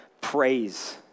praise